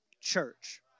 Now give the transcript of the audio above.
church